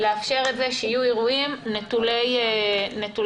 לאפשר את זה שיהיו אירועים נטולי ריקודים.